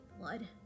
blood